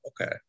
okay